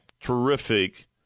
terrific